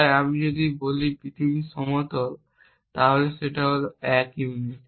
তাই আমি যদি বলি পৃথিবী সমতল তাহলে সেটা হল 1 ইউনিট